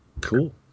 Cool